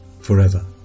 forever